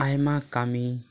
ᱟᱭᱢᱟ ᱠᱟᱹᱢᱤ